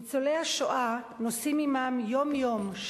ניצולי השואה נושאים עמם יום-יום,